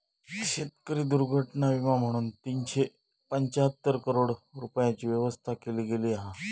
शेतकरी दुर्घटना विमा म्हणून तीनशे पंचाहत्तर करोड रूपयांची व्यवस्था केली गेली हा